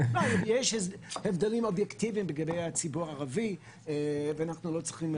יש הבדלים אובייקטיביים לגבי הציבור הערבי ואנחנו לא צריכים,